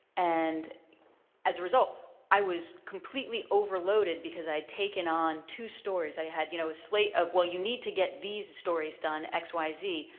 and as a result, i was completely overloaded because i'd taken on two stories. i had you know a slate of well, you need to get these stories done x, y, and z.